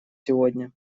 сегодня